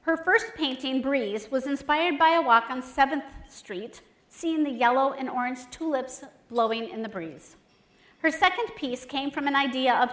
her first painting green this was inspired by a walk on seventh street scene the yellow and orange tulips blowing in the breeze her second piece came from an idea of